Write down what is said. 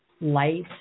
light